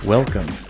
Welcome